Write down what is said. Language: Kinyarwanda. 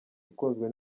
ukunzwe